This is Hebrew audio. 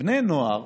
בני נוער,